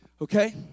Okay